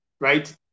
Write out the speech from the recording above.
right